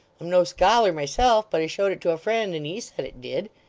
i'm no scholar, myself, but i showed it to a friend, and he said it did